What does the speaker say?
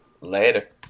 Later